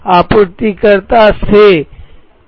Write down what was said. आपूर्तिकर्ता से ई